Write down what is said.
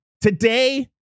Today